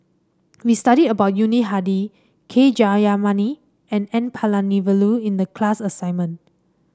we studied about Yuni Hadi K Jayamani and N Palanivelu in the class assignment